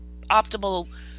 optimal